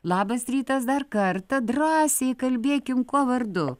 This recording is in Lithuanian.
labas rytas dar kartą drąsiai kalbėkim kuo vardu